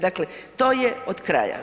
Dakle, to je od kraja.